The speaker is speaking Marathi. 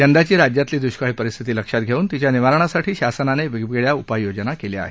यंदाची राज्यातली दुष्काळी परिस्थिती लक्षात घेऊन तिच्या निवारणासाठी शासनाने वेगवेगळ्या उपाययोजना केल्या आहेत